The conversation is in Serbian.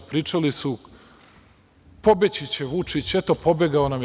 Pričali su – pobeći će Vučić, eto pobegao nam je.